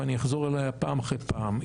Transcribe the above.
ואני אחזור עליה פעם אחר פעם.